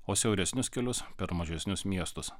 o siauresnius kelius per mažesnius miestus